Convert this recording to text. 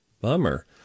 Bummer